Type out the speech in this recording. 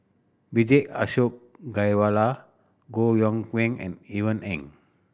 Vijesh Ashok Ghariwala Koh Yong Guan and Ivan Heng